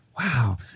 Wow